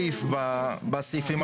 סעיף בסעיפים הכחולים.